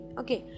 okay